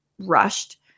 rushed